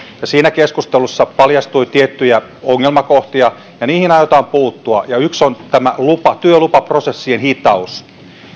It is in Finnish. siinä keskustelussa paljastui tiettyjä ongelmakohtia ja niihin aiotaan puuttua yksi on tämä työlupaprosessien hitaus